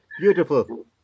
beautiful